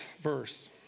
verse